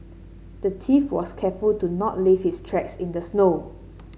the thief was careful to not leave his tracks in the snow